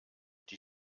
die